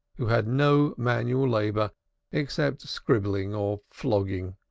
who had no manual labor except scribbling or flogging.